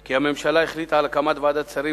כי הממשלה החליטה להקים ועדת שרים